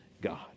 God